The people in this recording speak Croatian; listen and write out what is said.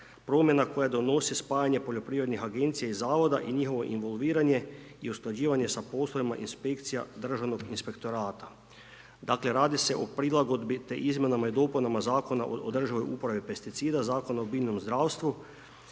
promjena koje donosi spajanja poljoprivrednih agencija i zavoda i njihovo involviranje i usklađivanje sa poslovima inspekcija državnog inspektorata. Dakle, radi se o prilagodbi i izmjenama i dopunama Zakona o državnoj uporabi pesticida, Zakona o biljnom zdravstvu,